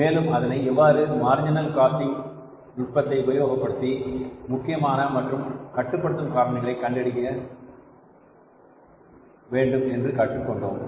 மேலும் அதனை எவ்வாறு மார்ஜினல் காஸ்ட் இன் நுட்பத்தை உபயோக படுத்தி முக்கியமான மற்றும் கட்டுப்படுத்தும் காரணிகளை கண்டுபிடிப்பது என்று கற்றுக்கொண்டோம்